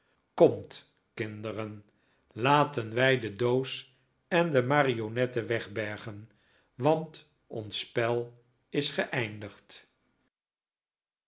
komt kinderen laten wij de doos en de marionetten wegbergen want ons spel is geeindigd